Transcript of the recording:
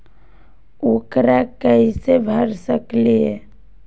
ऊकरा कैसे भर सकीले?